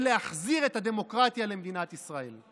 ולהחזיר את הדמוקרטיה למדינת ישראל.